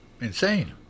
Insane